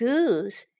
Goose